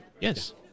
Yes